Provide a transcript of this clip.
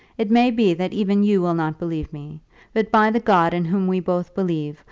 it may be that even you will not believe me but by the god in whom we both believe,